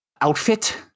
outfit